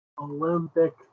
Olympic